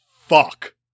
fuck